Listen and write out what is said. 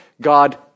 God